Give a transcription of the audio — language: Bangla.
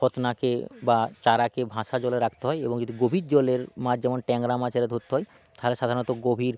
ফাতনাকে বা চারাকে ভাসা জলে রাখতে হয় এবং যদি গভীর জলের মাছ যেমন ট্যাংরা মাছ আরে ধরতে হয় তাহলে সাধারণত গভীর